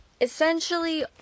Essentially